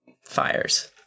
fires